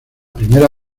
primera